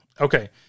Okay